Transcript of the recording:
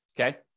Okay